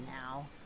now